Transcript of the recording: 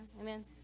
amen